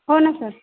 हो ना सर